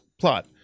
plot